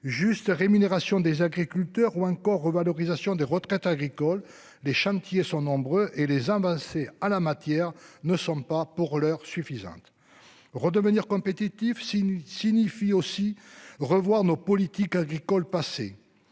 juste rémunération des agriculteurs ou encore revalorisation des retraites agricoles les chantiers sont nombreux et les embrasser à la matière ne sommes pas pour l'heure suffisante. Redevenir compétitif si signifie aussi revoir nos politiques agricoles passer.